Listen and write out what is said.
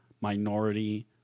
minority